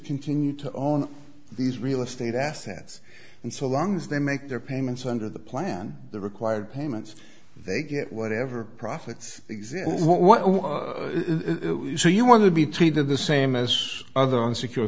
continue to own these real estate assets and so long as they make their payments under the plan the required payments they get whatever profits exist what so you want to be treated the same as other unsecure